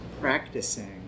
practicing